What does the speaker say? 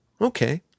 okay